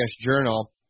journal